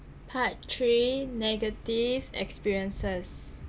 part three negative experiences